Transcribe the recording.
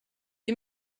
you